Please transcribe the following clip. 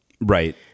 Right